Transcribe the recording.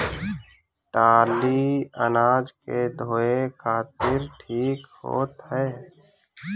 टाली अनाज के धोए खातिर ठीक होत ह